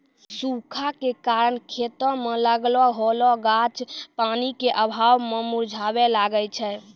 सूखा के कारण खेतो मे लागलो होलो गाछ पानी के अभाव मे मुरझाबै लागै छै